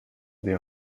des